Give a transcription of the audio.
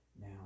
Now